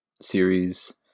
series